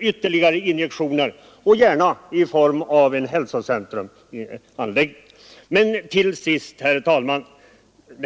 ytterligare injektioner behövs, gärna i form av en hälsocentrumanläggning. Till sist, herr talman!